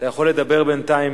אתה יכול לדבר בינתיים,